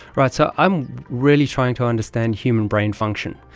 right, so i am really trying to understand human brain function,